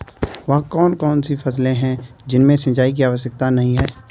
वह कौन कौन सी फसलें हैं जिनमें सिंचाई की आवश्यकता नहीं है?